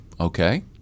Okay